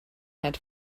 had